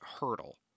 hurdle